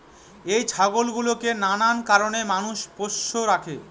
এই ছাগল গুলোকে নানান কারণে মানুষ পোষ্য রাখে